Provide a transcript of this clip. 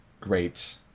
great